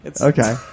Okay